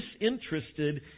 disinterested